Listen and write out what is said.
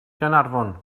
gaernarfon